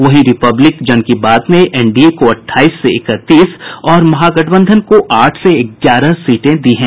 वहीं रिपब्लिक जन की बात ने एनडीए को अठाईस से इकतीस और महागठबंधन को आठ से ग्यारह सीटें दी हैं